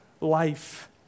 life